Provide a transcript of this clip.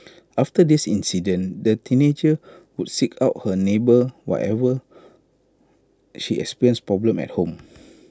after this incident the teenager would seek out her neighbour whenever she experienced problems at home